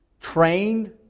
trained